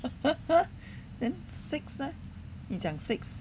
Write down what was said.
then six leh 你讲 six